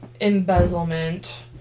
embezzlement